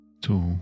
two